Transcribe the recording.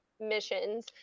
missions